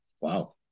wow